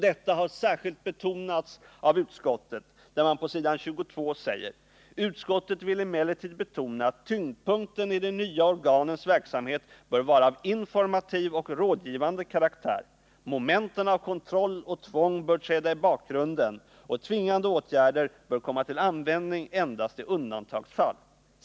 Detta har också särskilt betonats av utskottet, som på s. 22 i sitt betänkande säger: ”Utskottet vill emellertid betona att tyngdpunkten i de nya organens verksamhet bör vara av informativ och rådgivande karaktär. Momenten av kontroll och tvång bör träda i bakgrunden och tvingande åtgärder bör komma till användning endast i undantagsfall.